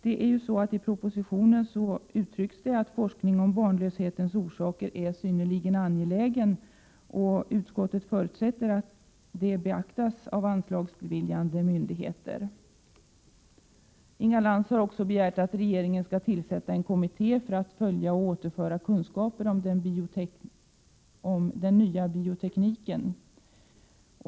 I propositionen sägs att forskning om barnlöshetens orsaker är synnerligen angelägen. Utskottet förutsätter att detta beaktas av anslagsbeviljande myndigheter. Inga Lantz har också begärt att regeringen skall tillsätta en kommitté för att följa och återföra kunskaper om den nya biotekniken.